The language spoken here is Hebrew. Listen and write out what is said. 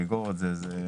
לאגור את זה.